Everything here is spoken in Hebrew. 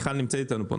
נמצאת איתנו כאן